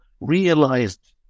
realized